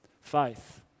faith